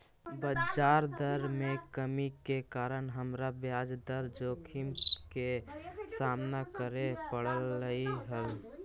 बजार दर में कमी के कारण हमरा ब्याज दर जोखिम के सामना करे पड़लई हल